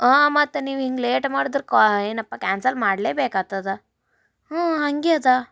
ಹಾಂ ಮತ್ತು ನೀವು ಹಿಂಗೆ ಲೇಟ್ ಮಾಡದ್ರೆ ಕ್ವಾ ಏನಪ್ಪ ಕ್ಯಾನ್ಸಲ್ ಮಾಡಲೇಬೇಕಾತ್ತದ ಹ್ಞೂ ಹಾಗೆ ಅದ